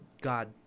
God